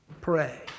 Pray